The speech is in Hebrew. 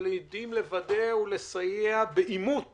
ולעיתים לוודא ולסייע באימות